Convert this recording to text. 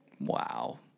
wow